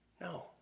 No